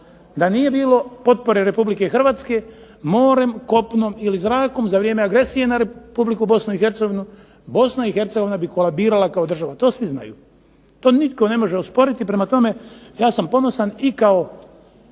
Da nije bilo potpore Republike Hrvatske morem, kopnom ili zrakom za vrijeme agresije na Republiku Bosnu i Hercegovinu, Bosna i Hercegovina bi kolabirala kao država to svi znaju. To nitko ne može osporiti. Prema tome, ja sam ponosan i kao